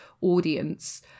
audience